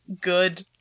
good